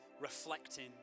reflecting